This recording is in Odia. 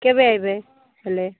କେବେ ଆସିବେ ହେଲେ